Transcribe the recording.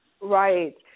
Right